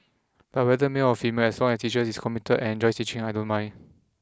but whether male or female as long as teacher is committed and enjoys teaching I don't mind